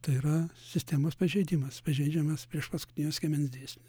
tai yra sistemos pažeidimas pažeidžiamas priešpaskutinio skiemens dėsnis